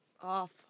off